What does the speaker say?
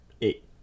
eight